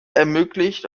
ermöglicht